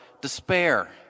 despair